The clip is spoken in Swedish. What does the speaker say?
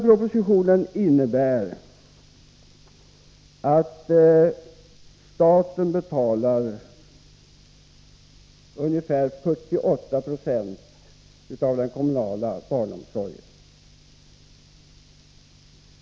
Propositionen innebär att staten betalar ungefär 48 96 av den kommunala barnomsorgen.